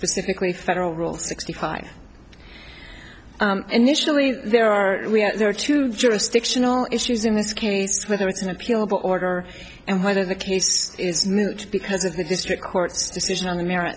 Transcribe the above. specifically federal rule sixty five initially there are there are two jurisdictional issues in this case whether it's an appealable order and whether the case because of the district court decision on the merit